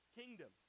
kingdom